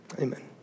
Amen